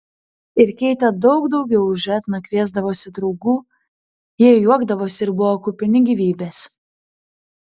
ir keitė daug daugiau už etną kviesdavosi draugų jie juokdavosi ir buvo kupini gyvybės